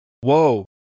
Whoa